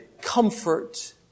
comfort